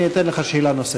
אני אתן לך שאלה נוספת.